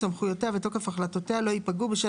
סמכויותיה ותוקף החלטותיה לא ייפגעו בשל